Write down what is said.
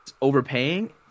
overpaying